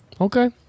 Okay